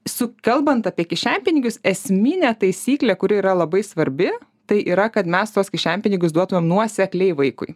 su kalbant apie kišenpinigius esminė taisyklė kuri yra labai svarbi tai yra kad mes tuos kišenpinigius duotumėm nuosekliai vaikui